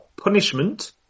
punishment